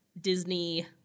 Disney